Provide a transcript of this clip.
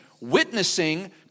witnessing